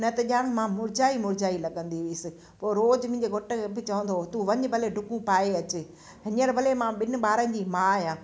न त जाम मां मुरझाई मुरझाई लॻंदी हुअसि पोउ रोजु मुंहिंजे घोट खे मूंखे चवंदो हुओ तूं वञु भले डुकूं पाए अचु हीअंर भले मां ॿिनि ॿारनि जी माउ आहियां